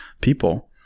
people